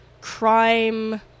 crime